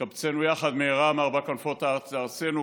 "וקבצנו יחד מהרה מארבע כנפות הארץ לארצנו",